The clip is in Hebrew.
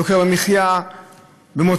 יוקר המחיה במוצרים,